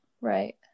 Right